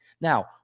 Now